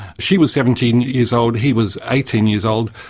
she was seventeen years old, he was eighteen years old,